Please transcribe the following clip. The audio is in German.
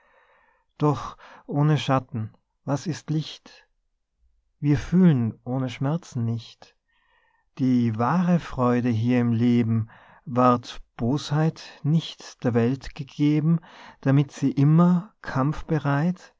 doch ohne schatten was ist licht wir fühlen ohne schmerzen nicht die wahre freude hier im leben ward bosheit nicht der welt gegeben damit sie immer kampfbereit